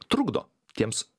trukdo tiems